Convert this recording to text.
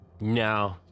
no